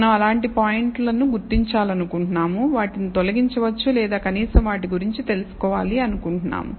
మనం అలాంటి పాయింట్లను గుర్తించాలనుకుంటున్నాము వాటిని తొలగించవచ్చు లేదా కనీసం వాటి గురించి తెలుసుకోవాలి అనుకుంటున్నాము